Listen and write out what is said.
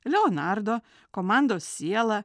leonardo komandos siela